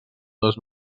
dos